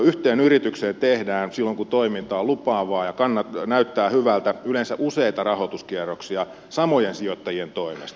yhteen yritykseen tehdään silloin kun toiminta on lupaavaa ja näyttää hyvältä yleensä useita rahoituskierroksia samojen sijoittajien toimesta